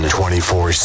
24